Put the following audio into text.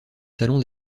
salon